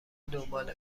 دنبال